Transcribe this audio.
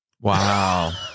Wow